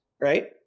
right